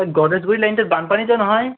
এই গণেশগুৰি লাইনটোত বানপানীতো নহয়